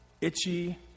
Itchy